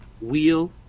wheel